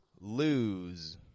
lose